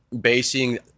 basing